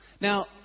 Now